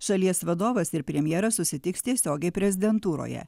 šalies vadovas ir premjeras susitiks tiesiogiai prezidentūroje